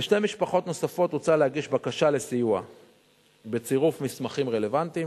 לשתי משפחות נוספות הוצע להגיש בקשה לסיוע בצירוף מסמכים רלוונטיים.